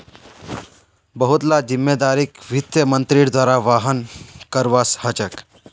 बहुत ला जिम्मेदारिक वित्त मन्त्रीर द्वारा वहन करवा ह छेके